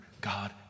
God